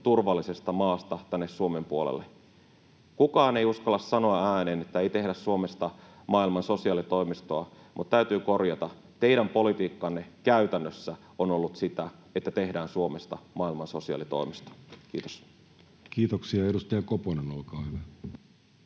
turvallisesta maasta tänne Suomen puolelle. Kukaan ei uskalla sanoa ääneen, että ei tehdä Suomesta maailman sosiaalitoimistoa, mutta täytyy korjata: teidän politiikkanne käytännössä on ollut sitä, että tehdään Suomesta maailman sosiaalitoimisto. — Kiitos. [Speech